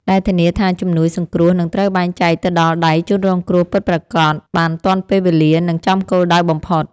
ដែលធានាថាជំនួយសង្គ្រោះនឹងត្រូវបែងចែកទៅដល់ដៃជនរងគ្រោះពិតប្រាកដបានទាន់ពេលវេលា និងចំគោលដៅបំផុត។